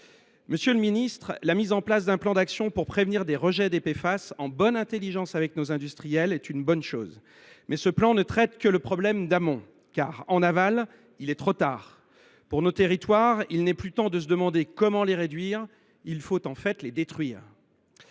Monsieur le ministre, la mise en place d’un plan d’action pour prévenir les rejets de PFAS, en bonne intelligence avec nos industriels, est une bonne chose, mais ce plan ne traite que le problème en amont, car pour l’aval, il est trop tard. Pour nos territoires, il n’est plus temps de se demander comment réduire ces polluants : il faut les détruire.